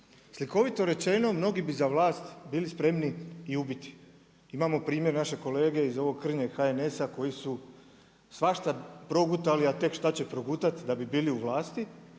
Slikovito rečeno, mnogi bi za vlast bili spremni i ubiti. Imamo primjer našeg kolege iz ovog krnjeg HNS-a koji su svašta progutali, a tek šta će progutat da bi bili u vlasti